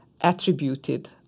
attributed